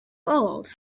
old